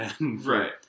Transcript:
Right